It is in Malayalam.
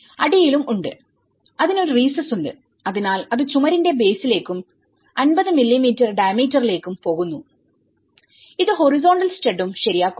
അടിയിലും ഉണ്ട് അതിന് ഒരു റീസസ് ഉണ്ട്അതിനാൽ അത് ചുമരിന്റെ ബേസിലേക്കും 50 മില്ലീമീറ്റർ ഡൈയമീറ്ററിലേക്കും പോകുന്നുഇത് ഹൊറിസോണ്ടൽ സ്റ്റഡുംശരിയാക്കുന്നു